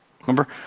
Remember